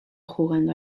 jugando